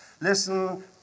listen